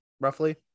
roughly